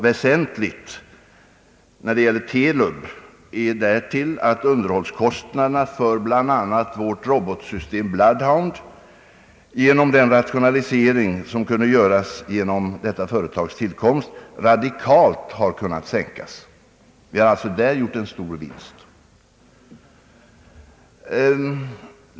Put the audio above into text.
Väsentligt när det gäller TELUB är därtill att underhållskostnaderna för bl.a. vårt robotsystem Bloodhound radikalt har kunnat sänkas i och med den rationalisering som kunde göras genom detta företags tillkomst. Vi har alltså där gjort en stor vinst.